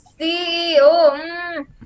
CEO